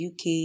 uk